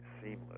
seamless